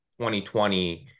2020